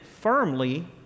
firmly